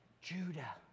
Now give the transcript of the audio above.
Judah